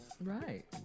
Right